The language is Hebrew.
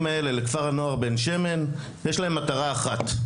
האלה לכפר הנוער בן שמן יש להם מטרה אחת,